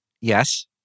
Yes